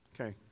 Okay